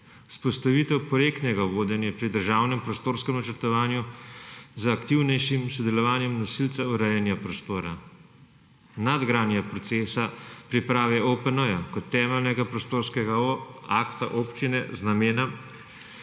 vzpostavitev projektnega vodenja pri državnem prostorskem načrtovanju z aktivnejšim sodelovanjem nosilcev urejanja prostora, nadgradnjo procesa priprave OPN kot temeljnega prostorskega akta občine z namenom